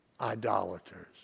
idolaters